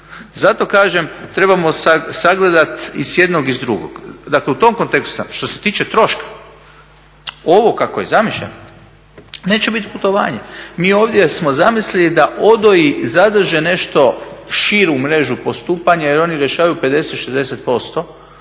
Zato kažem trebamo sagledati i s jednog i s drugog. Dakle u tom kontekstu što se tiče ovo kako je zamišljeno, neće biti putovanje. Mi smo ovdje zamislili da ODO-i zadrže nešto širu mrežu postupanja jer oni rješavaju 50, 60%